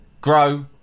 grow